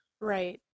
Right